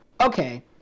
okay